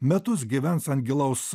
metus gyvens ant gilaus